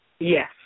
Yes